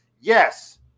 Yes